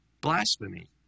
blasphemy